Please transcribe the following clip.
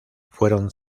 fueron